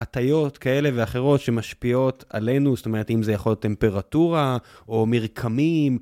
הטיות כאלה ואחרות שמשפיעות עלינו, זאת אומרת אם זה יכול להיות טמפרטורה או מרקמים.